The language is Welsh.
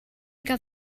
gael